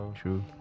true